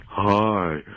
Hi